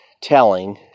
telling